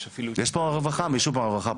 יש אפילו --- יש פה נציגות ממשרד הרווחה?